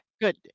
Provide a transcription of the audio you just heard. good